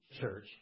church